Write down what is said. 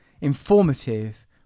informative